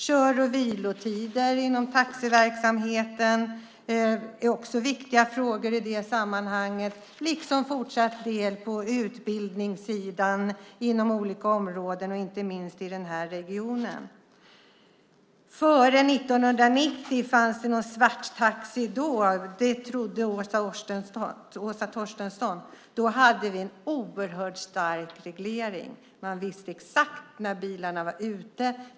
Kör och vilotider inom taxiverksamheten är också viktiga frågor i det sammanhanget, liksom utbildning inom olika områden, och inte minst i den här regionen. Fanns det någon svarttaxi före 1990? Det trodde Åsa Torstensson. Då hade vi en oerhört stark reglering. Man visste exakt när bilarna var ute.